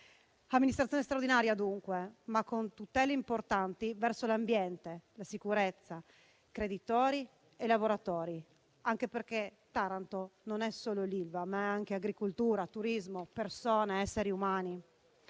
amministrazione straordinaria, dunque, ma con tutele importanti verso l'ambiente, la sicurezza, creditori e lavoratori, anche perché Taranto non è solo Ilva, ma è anche agricoltura, turismo, persone, esseri umani.